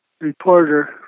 reporter